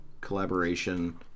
collaboration